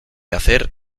hacer